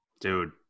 Dude